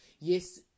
Yes